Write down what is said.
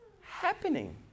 happening